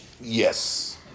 Yes